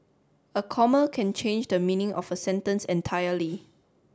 a comma can change the meaning of a sentence entirely